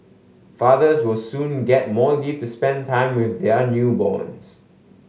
fathers will soon get more leave to spend time with their newborns